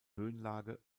höhenlage